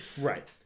Right